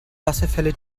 wasserfälle